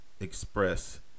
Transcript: express